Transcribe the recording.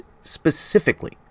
specifically